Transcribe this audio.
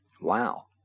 wow